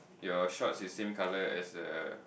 your shorts is same colour as the